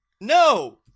No